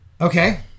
Okay